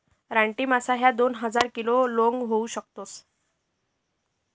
रानटी मासा ह्या दोन हजार किलो लोंग होऊ शकतस